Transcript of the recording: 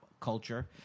culture